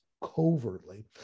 covertly